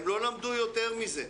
הם לא למדו יותר מזה.